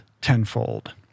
tenfold